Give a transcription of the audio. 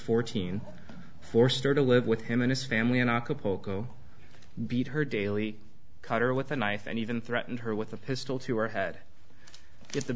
fourteen forced her to live with him and his family in a couple go beat her daily cut her with a knife and even threaten her with a pistol to her head if the